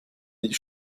die